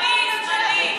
גנבת את השלטון.